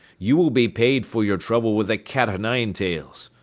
you will be paid for your trouble with the cat-o'-nine-tails!